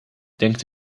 denkt